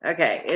Okay